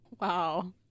Wow